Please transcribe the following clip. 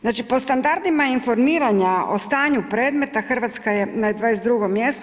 Znači po standardima informiranja o stanju predmeta Hrvatska je na 22 mjestu.